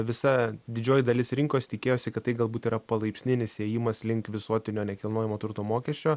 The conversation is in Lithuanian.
visa didžioji dalis rinkos tikėjosi kad tai galbūt yra palaipsninis ėjimas link visuotinio nekilnojamo turto mokesčio